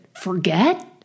forget